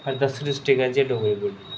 इनें दस्सें डिस्ट्रिक्टें च डोगरी बोली जंदी